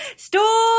Store